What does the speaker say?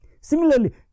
Similarly